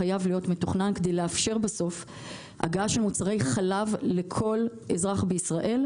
חייב להיות מתוכנן כדי לאפשר בסוף הגעה של מוצרי חלב לכל אזרח בישראל.